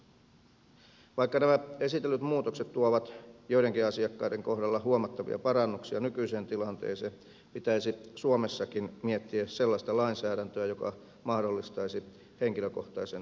vaikka nämä esitellyt muutokset tuovat joidenkin asiakkaiden kohdalla huomattavia parannuksia nykyiseen tilanteeseen pitäisi suomessakin miettiä sellaista lainsäädäntöä joka mahdollistaisi henkilökohtaisen konkurssin tekemisen